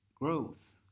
growth